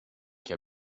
che